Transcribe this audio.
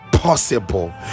possible